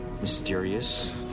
mysterious